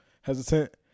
Hesitant